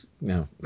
No